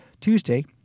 Tuesday